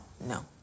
no